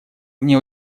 мне